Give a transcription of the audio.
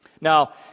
Now